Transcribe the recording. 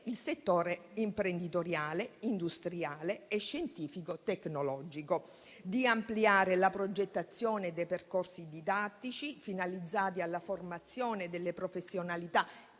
il settore imprenditoriale, industriale e scientifico-tecnologico; di ampliare la progettazione dei percorsi didattici finalizzati alla formazione delle professionalità